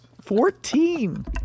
Fourteen